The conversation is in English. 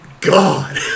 God